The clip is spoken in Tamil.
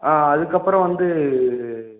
ஆ அதுக்கப்புறம் வந்து